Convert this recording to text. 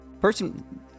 Person